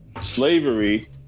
slavery